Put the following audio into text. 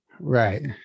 Right